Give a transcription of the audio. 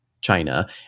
China